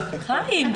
--- חיים,